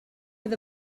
fydd